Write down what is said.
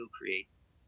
creates